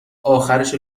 آخرشو